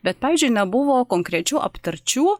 bet pavyzdžiui nebuvo konkrečių aptarčių